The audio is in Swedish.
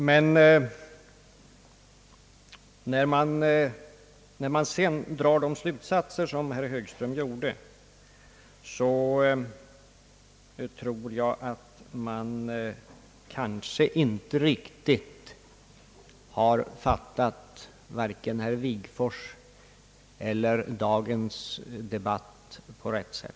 Men när man sedan drar de slutsatser som herr Högström gjorde, tror jag att man inte riktigt fattat varken herr Wigforss eller dagens debatt på rätt sätt.